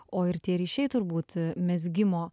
o ir tie ryšiai turbūt mezgimo